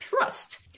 trust